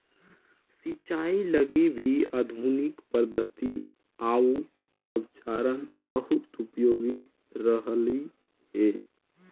सिंचाई लगी भी आधुनिक पद्धति आउ नवाचार बहुत उपयोगी रहलई हे